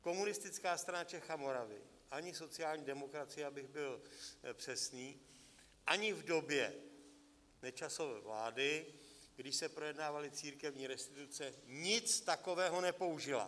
Komunistická strana Čech a Moravy ani sociální demokracie, abych byl přesný, ani v době Nečasovy vlády, kdy se projednávaly církevní restituce, nic takového nepoužila.